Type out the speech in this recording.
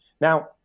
Now